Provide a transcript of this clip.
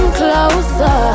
closer